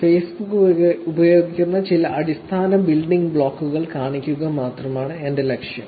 Facebook ഉപയോഗിക്കുന്ന ചില അടിസ്ഥാന ബിൽഡിംഗ് ബ്ലോക്കുകൾ കാണിക്കുക മാത്രമാണ് എന്റെ ലക്ഷ്യം